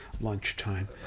lunchtime